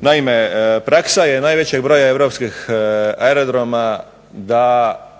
Naime praksa je najvećeg broja europskih aerodroma da